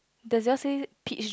does yours say peach